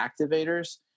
activators